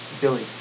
Billy